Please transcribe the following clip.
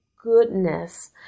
Goodness